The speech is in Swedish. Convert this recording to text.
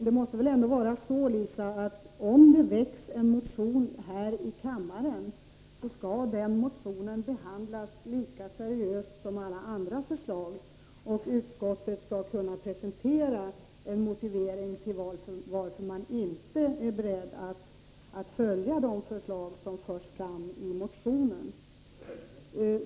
Det måste väl ändå vara så, Lisa Mattson, att om det väcks en motion här i kammaren skall denna motion behandlas lika seriöst som alla andra förslag, och utskottet skall kunna presentera en motivering till att det inte är berett att följa de förslag som förs fram i motionen.